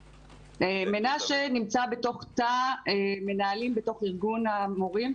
מנשה נמצא בתוך תא מנהלים בתוך ארגון המורים,